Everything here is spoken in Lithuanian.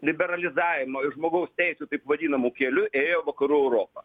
liberalizavimo ir žmogaus teisių taip vadinamu keliu ėjo vakarų europa